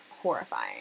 horrifying